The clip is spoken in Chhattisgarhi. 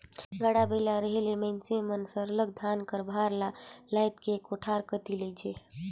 गाड़ा बइला रहें ले मइनसे मन सरलग धान कर भार ल लाएद के कोठार कती लेइजें